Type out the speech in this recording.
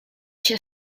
się